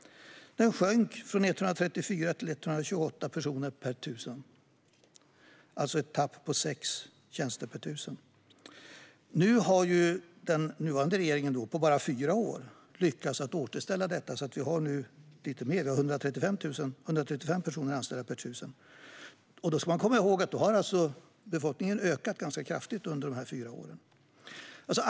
Den sjönk från 134 till 128 personer per tusen invånare. Det är ett tapp på 6 tjänster per tusen. Den nuvarande regeringen har på bara fyra år lyckats återställa detta, och vi har lite mer. Nu är 135 personer anställda per tusen. Då ska man komma ihåg att befolkningen under dessa fyra år har ökat ganska kraftigt.